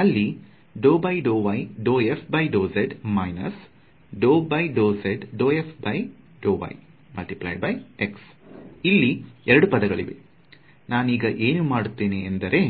ಅಲ್ಲಿರುವುದು ಇಲ್ಲಿ ಎರಡು ಪದಗಳಿವೆ ನಾನೀಗ ಏನು ಮಾಡುತ್ತೇನೆ ಎಂದರೆ